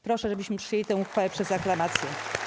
Proszę, żebyśmy przyjęli tę uchwałę przez aklamację.